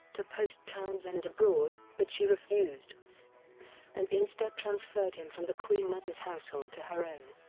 to post townsend abroad, but she refused and instead transferred him from the queen mother's household to her own.